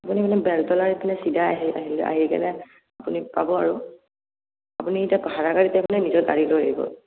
আপুনি এইপিনে বেলতলাৰ এইপিনে চিধা আহি আহি পেলাই আপুনি পাব আৰু আপুনি এতিয়া ভাড়া গাড়ীত আহিব নে নিজৰ গাড়ী লৈ আহিব